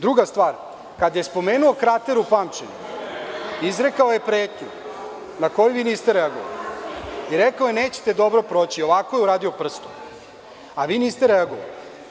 Druga stvar, kada je spomenuo krater u pamćenju izrekao je pretnju na koju vi niste reagovali i rekao je – nećete dobro proći, i ovako je uradio prstom, a vi niste reagovali.